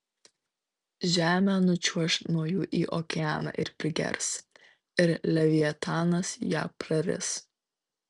žemė nučiuoš nuo jų į okeaną ir prigers ir leviatanas ją praris